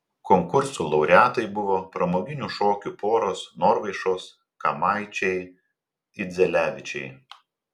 konkursų laureatai buvo pramoginių šokių poros norvaišos kamaičiai idzelevičiai